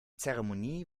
zeremonie